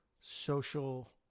social